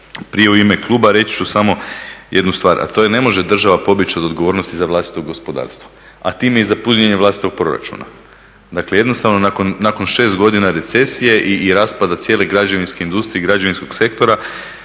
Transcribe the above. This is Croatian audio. prije u ime kluba, reći ću samo jednu stvar, a to je ne može država pobjeći od odgovornosti za vlastito gospodarstvo, a time i za punjenje vlastitog proračuna. Dakle jednostavno nakon 6 godina recesije i raspada cijele građevinske industrije i građevinskog sektora